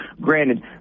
granted